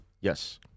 Yes